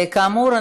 כאמור,